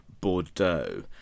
Bordeaux